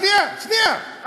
שנייה, שנייה, שנייה.